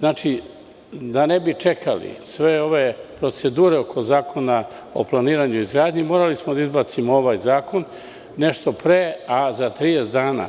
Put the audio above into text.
Znači, da ne bi čekali sve ove procedure oko Zakona o planiranju i izgradnji, morali smo da izbacimo ovaj zakon nešto pre, a za 30 dana